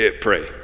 pray